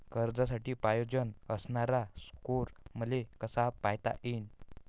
कर्जासाठी पायजेन असणारा स्कोर मले कसा पायता येईन?